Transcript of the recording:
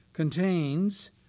contains